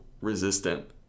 resistant